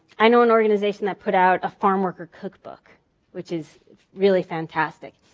i know an organization that put out a farmworker cookbook which is really fantastic.